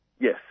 Yes